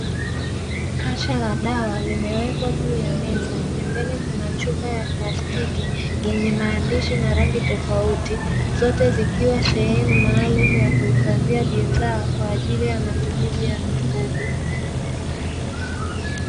Kasha la dawa limewekwa juu ya meza pembeni kukiwa na chupa ya plastiki yenye maandishi na rangi tofauti, zote zikiwa sehemu maalumu ya kuhifadhia bidhaa kwajili ya mifugo.